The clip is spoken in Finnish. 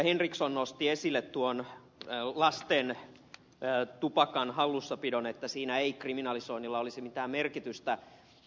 henriksson nosti esille tuon tupakan hallussapidon lapsilla että siinä ei kriminalisoinnilla olisi mitään merkitystä